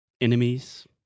enemies